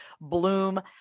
Bloom